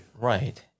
Right